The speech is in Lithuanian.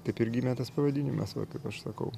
taip ir gimė tas pavadinimas va kaip aš sakau